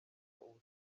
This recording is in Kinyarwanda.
ubutumwa